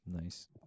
Nice